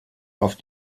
auf